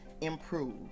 improve